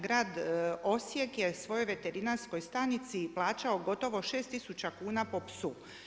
Grad Osijek je svojoj veterinarskoj stanici plaćao gotovo 6000 kuna po psu.